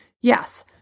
Yes